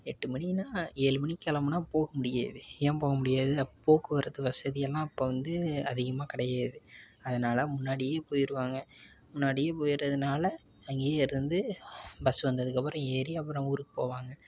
எட்டு மணினால் ஏழு மணிக்கி கிளம்புனா போக முடியாது ஏன் போக முடியாது போக்குவரத்து வசதியெல்லாம் அப்போ வந்து அதிகமாக கிடையாது அதனாலே முன்னாடியே போயிடுவாங்க முன்னாடியே போயிடறதுனால அங்கையே இருந்து பஸ்ஸு வந்ததுக்கப்புறம் ஏறி அப்புறம் ஊருக்கு போவாங்க